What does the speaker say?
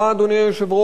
אדוני היושב-ראש,